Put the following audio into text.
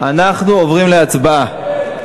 אנחנו עוברים להצבעה.